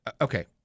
Okay